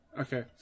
Okay